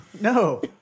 No